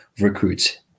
recruits